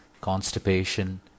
constipation